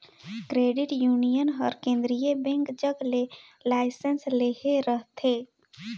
credit union हर केंद्रीय bank जग ले लाइसेंस लेहे रहथे